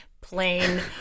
plain